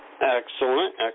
Excellent